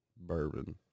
Bourbon